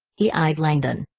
he eyed langdon.